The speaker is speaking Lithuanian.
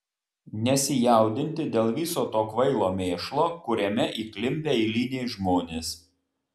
nesijaudinti dėl viso to kvailo mėšlo kuriame įklimpę eiliniai žmonės